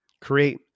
Create